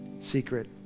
Secret